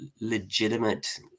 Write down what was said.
legitimate